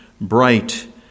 bright